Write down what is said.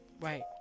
Right